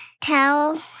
Tell